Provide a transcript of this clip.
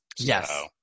Yes